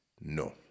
No